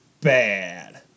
bad